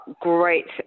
great